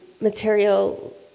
material